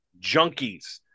junkies